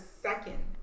second